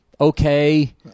okay